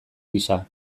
gisa